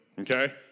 okay